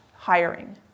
Hiring